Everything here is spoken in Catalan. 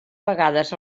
vegades